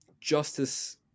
justice